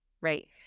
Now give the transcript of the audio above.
right